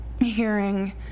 hearing